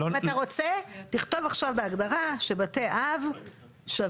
אם אתה רוצה תכתוב עכשיו בהגדרה שבתי אב שווה,